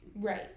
right